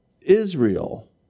Israel